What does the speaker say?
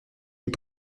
est